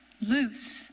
Loose